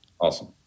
Awesome